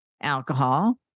alcohol